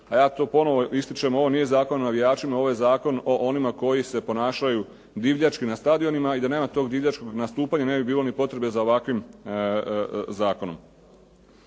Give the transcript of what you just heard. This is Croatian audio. a ja to ponovo ističem. Ovo nije Zakon o navijačima. Ovo je zakon o onima koji se ponašaju divljački na stadionima i da nema tog divljačkog nastupanja ne bi bilo ni potrebe za ovakvim zakonom.